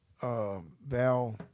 Val